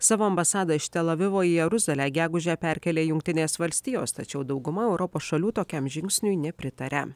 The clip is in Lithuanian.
savo ambasadą iš tel avivo į jeruzalę gegužę perkėlė jungtinės valstijos tačiau dauguma europos šalių tokiam žingsniui nepritaria